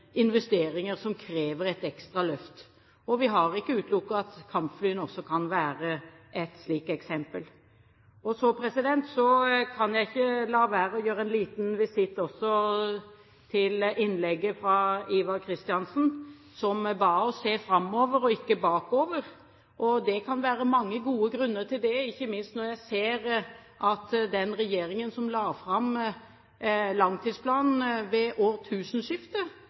investeringer som krever et ekstra løft, og vi har ikke utelukket at kampflyene også kan være et slikt eksempel. Så kan jeg ikke la være å gjøre en liten visitt til innlegget fra Ivar Kristiansen, som ba oss se framover og ikke bakover. Det kan være mange gode grunner til det, ikke minst når jeg ser at den regjeringen som la fram langtidsplanen ved årtusenskiftet,